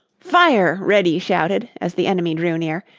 fire! reddy shouted, as the enemy drew near,